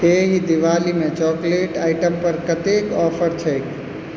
एहि दिवालीमे chocolate item पर कतेक ऑफर छैक